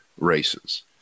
races